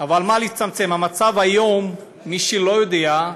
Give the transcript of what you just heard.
המצב היום, למי שלא יודע,